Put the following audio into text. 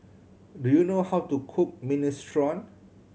do you know how to cook Minestrone